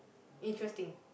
interesting